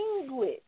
language